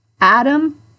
Adam